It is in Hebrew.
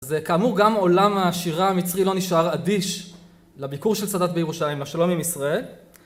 אז כאמור גם עולם השירה המצרי לא נשאר אדיש לביקור של סאדאת בירושלים, לשלום עם ישראל